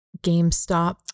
GameStop